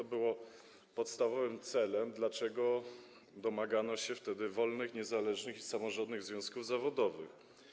To było podstawowym celem, i właśnie dlatego domagano się wtedy wolnych, niezależnych i samorządnych związków zawodowych.